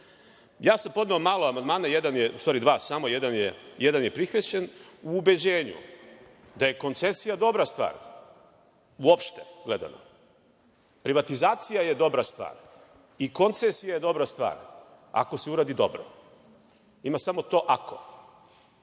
sam podneo malo amandmana, dva samo, a jedan je prihvaćen, u ubeđenju da je koncesija dobra stvar uopšte gledano. Privatizacija je dobra stvar i koncesija je dobra stvar, ako se uradi dobro. Ima samo to „ako“.